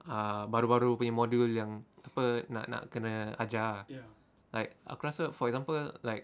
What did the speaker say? ah baru-baru punya module yang apa nak nak kena ajar like aku rasa for example like